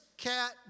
cat